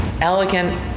Elegant